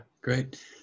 great